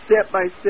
step-by-step